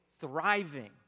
thriving